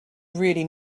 really